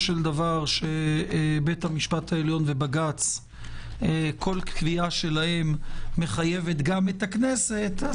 של דבר שבית המשפט העליון ובג"ץ כל קביעה שלהם מחייבת גם את הכנסת,